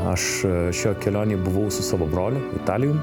aš šioj kelionėj buvau su savo broliu vitalijum